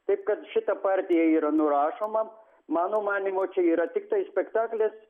taip kad šita partija yra nurašoma mano manymu čia yra tiktai spektaklis